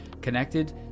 connected